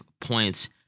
points